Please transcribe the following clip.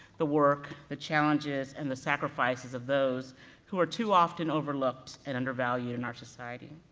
the work, the challenges, and the sacrifices of those who are too often overlooked and undervalued in our society.